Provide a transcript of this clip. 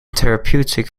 therapeutic